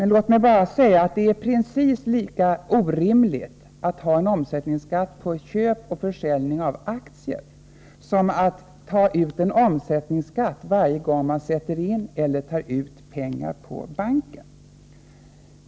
Låt mig bara säga att det är precis lika orimligt att ha en omsättningsskatt på köp och försäljning av aktier som att ta ut en omsättningsskatt varje gång man sätter in eller tar ut pengar på banken.